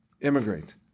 immigrate